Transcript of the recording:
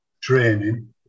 training